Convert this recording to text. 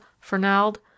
Fernald